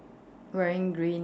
wearing green